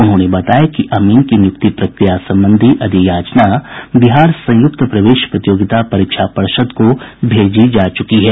उन्होंने बताया कि अमीन की नियुक्ति प्रक्रिया संबंधी अधियाचना बिहार संयुक्त प्रवेश प्रतियोगिता परीक्षा पर्षद को भेजी जा चुकी है